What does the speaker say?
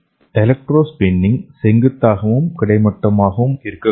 electro spinning செங்குத்தாகவும் கிடைமட்டமாகவும் இருக்கக்கூடும்